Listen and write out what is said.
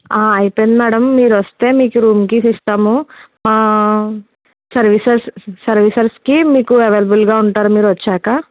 అయిపోయింది మేడం మీరు వస్తే మీకు రూమ్ కీస్ ఇస్తాము ఆ సర్వీసర్స్ సర్వీసర్స్కి మీకు అవైలబుల్గా ఉంటారు మీరు వచ్చాక